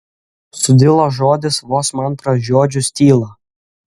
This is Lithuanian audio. sudilo žodis vos man pražiodžius tylą